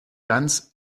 glanz